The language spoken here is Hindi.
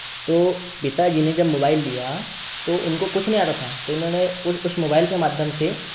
तो पिता जी ने जब मोबाइल लिया तो उनको कुछ नहीं आता था तो उन्होंने उस मोबाइल के माध्यम से